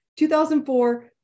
2004